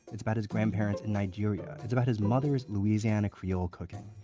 it's about his grandparents in nigeria. it's about his mother's louisiana creole cooking.